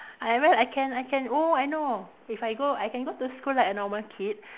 I mean I can I can oh I know if I go I can go to school like a normal kid